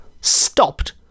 stopped